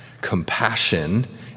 compassion